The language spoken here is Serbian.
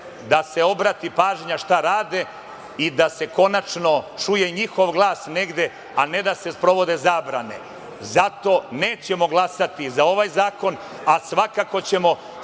da se obrati pažnja šta rade i da se konačno čuje njihov glas negde, a ne da se sprovode zabrane. Zato nećemo glasati za ovaj Zakon, a svakako ćemo